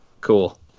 Cool